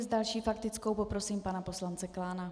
S další faktickou poprosím pana poslance Klána.